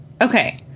okay